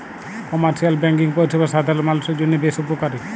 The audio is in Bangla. কমার্শিয়াল ব্যাঙ্কিং পরিষেবা সাধারল মালুষের জন্হে বেশ উপকারী